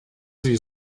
sie